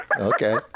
Okay